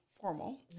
formal